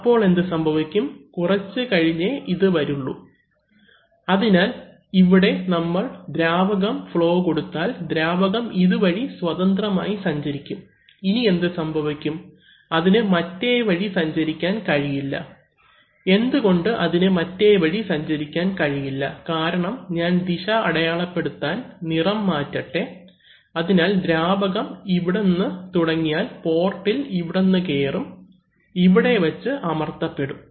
അപ്പോൾ എന്ത് സംഭവിക്കും കുറച്ചുകഴിഞ്ഞ് അത് വരുള്ളൂ അതിനാൽ ഇവിടെ നമ്മൾ ദ്രാവകം ഫ്ളോ കൊടുത്താൽ ദ്രാവകം ഇതുവഴി സ്വതന്ത്രമായി സഞ്ചരിക്കും ഇനി എന്ത് സംഭവിക്കും അതിന് മറ്റേ വഴി സഞ്ചരിക്കാൻ കഴിയില്ല എന്തുകൊണ്ട് അതിന് മറ്റേ വഴി സഞ്ചരിക്കാൻ കഴിയില്ല കാരണം ഞാൻ ദിശ അടയാളപ്പെടുത്താൻ നിറം മാറ്റട്ടെ അതിനാൽ ദ്രാവകം ഇവിടുന്ന് തുടങ്ങിയാൽ പോർട്ടിൽ ഇവിടുന്ന് കയറും ഇവിടെവെച്ച് അമർത്തപ്പെടും